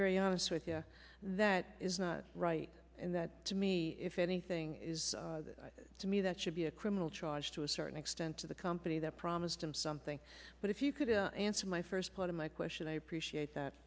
very honest with you that is not right and that to me if anything is to me that should be a criminal charge to a certain extent to the company that promised him something but if you could answer my first part of my question i appreciate that